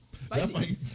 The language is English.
Spicy